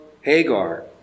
Hagar